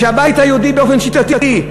והבית היהודי באופן שיטתי,